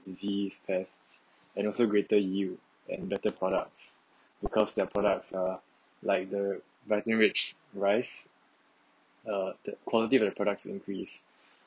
diseases tests and also greater you and better products because their products are like the biting rich rice or the quality of the products increase